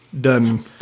done